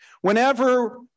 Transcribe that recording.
Whenever